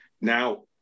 Now